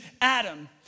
Adam